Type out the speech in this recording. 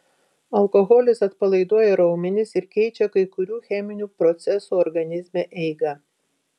alkoholis atpalaiduoja raumenis ir keičia kai kurių cheminių procesų organizme eigą